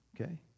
Okay